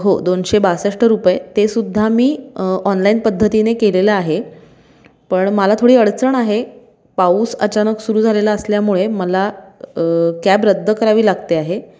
हो दोनशे बासष्ट रुपये तेसुद्धा मी ऑनलाईन पद्धतीने केलेलं आहे पण मला थोडी अडचण आहे पाऊस अचानक सुरू झालेला असल्यामुळे मला कॅब रद्द करावी लागते आहे